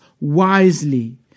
wisely